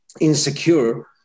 insecure